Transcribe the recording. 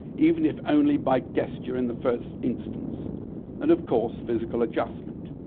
even if only by gesture in the first instance, and of course physical adjustment.